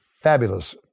fabulous